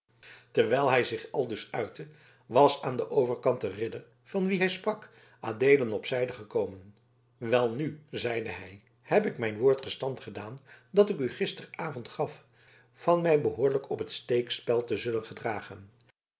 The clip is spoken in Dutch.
terwijl hij zich aldus uitte was aan den overkant de ridder van wien hij sprak adeelen op zijde gekomen welnu zeide hij heb ik mijn woord gestand gedaan dat ik u eergisteravond gaf van mij behoorlijk op het steekspel te zullen gedragen